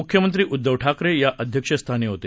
मुख्यमंत्री उद्धव ठाकरे अध्यक्षस्थानी होते